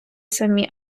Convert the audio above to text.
самі